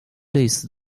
类似